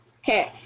Okay